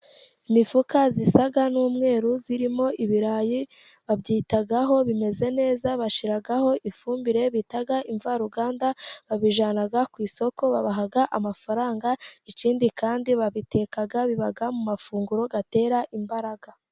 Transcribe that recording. Imifuka isa n'umweru irimo ibirayi ,babyitaho bimeze neza, bashyiraho ifumbire bita imvaruganda, babijyana ku isoko babaha amafaranga ,ikindi kandi babiteka biba mu mafunguro atera imbaraga.